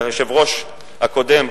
ליושב-ראש הקודם,